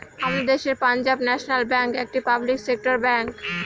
আমাদের দেশের Punjab National Bank একটি পাবলিক সেক্টর ব্যাঙ্ক